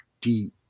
deep